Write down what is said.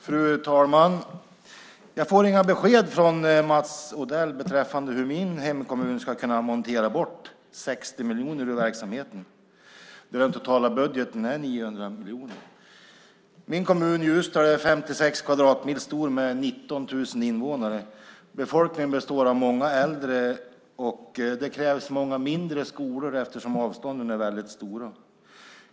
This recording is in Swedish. Fru talman! Jag får inga besked från Mats Odell beträffande hur min hemkommun ska kunna montera bort 60 miljoner ur en verksamhet där den totala budgeten är 900 miljoner. Min kommun Ljusdal är 56 kvadratmil stor med 19 000 invånare. Befolkningen består av många äldre, och det krävs många mindre skolor eftersom avstånden är väldigt stora.